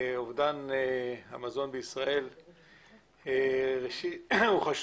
אובדן המזון בישראל חשוב